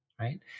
right